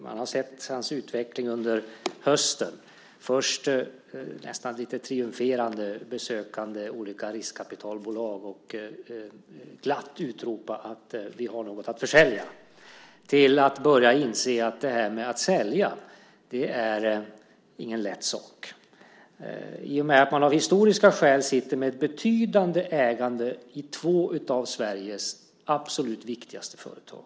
Man har sett hans utveckling under hösten från att nästan lite triumferande ha besökt olika riskkapitalbolag, glatt utropande att han har någonting att försälja, till att börja inse att det här med att sälja inte är någon lätt sak i och med att man av historiska skäl sitter med ett betydande ägande i två av Sveriges absolut viktigaste företag.